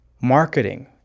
marketing